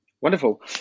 Wonderful